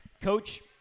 Coach